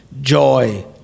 joy